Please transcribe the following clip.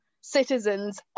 citizens